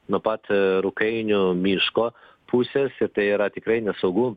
nuo pat rukainių miško pusės tai yra tikrai nesaugu